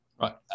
right